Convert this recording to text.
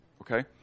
okay